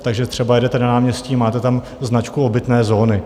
Takže třeba jedete na náměstí, máte tam značku obytné zóny.